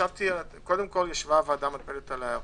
קודם כל ישבה הוועדה המתמדת על ההערות.